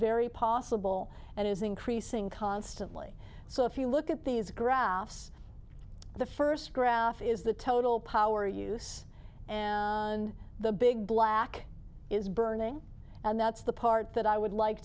very possible and is increasing constantly so if you look at these graphs the first graph is the total power use on the big black is burning and that's the part that i would like